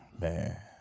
Man